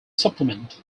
supplement